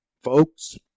Folks